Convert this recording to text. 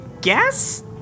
guess